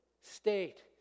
state